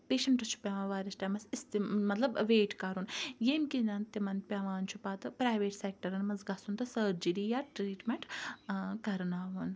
patients چھُ پیٚوان واریاہَس ٹایمَس مَطلَب ویٹ کَرُن ییٚمہِ کن تِمَن پیٚوان چھُ پَتہٕ پرایویٹ سیٚکٹَرَن مَنٛز گَژھُن تہٕ سرجری یا ٹریٹمنٹ کَرناوُن